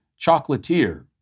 chocolatier